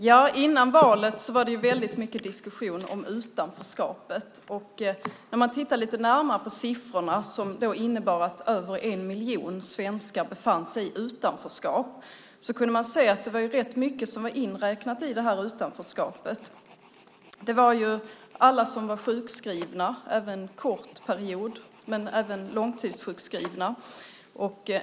Fru talman! Före valet var det mycket diskussion om utanförskapet. När man tittade lite närmare på de siffror som visade att över en miljon svenskar befann sig i utanförskap kunde man se att det var rätt mycket som var inräknat i detta utanförskap. Det var alla som var sjukskrivna, både kort och långtidssjukskrivna.